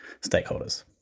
stakeholders